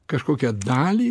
kažkokią dalį